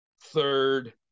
third